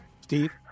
Steve